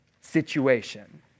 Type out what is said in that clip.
situation